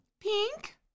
Pink